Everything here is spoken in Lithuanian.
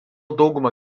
daugumą